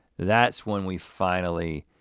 that's when we finally